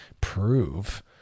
prove